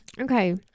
Okay